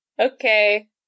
Okay